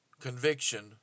conviction